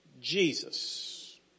Jesus